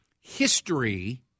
history